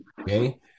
Okay